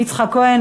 יצחק כהן,